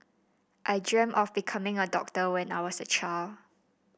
I dreamt of becoming a doctor when I was a child